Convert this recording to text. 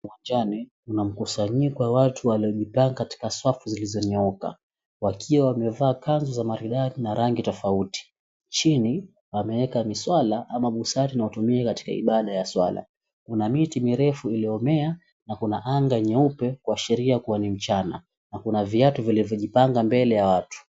Uwanjani kuna mkusanyiko wa watu waliojipanga katika safu zilizonyooka. Wakiwa wamevaa kanzu za maridadi na rangi tofauti. Chini wameweka miswala ama busari inayotumika katika ibada ya swala. Kuna miti mirefu iliyomea na kuna anga nyeupe, kuashiria kuwa ni mchana. Na kuna viatu vilivyojipanga mbele ya watu.